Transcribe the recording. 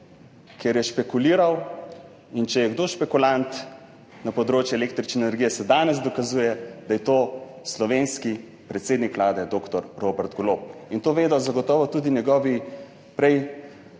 Ker je špekuliral in če je kdo špekulant na področju električne energije, se danes dokazuje, da je to slovenski predsednik Vlade dr. Robert Golob. In to vedo zagotovo tudi njegovi prej